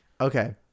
Okay